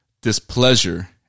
displeasure